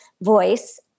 voice